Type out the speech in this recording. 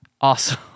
Awesome